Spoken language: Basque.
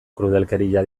krudelkeria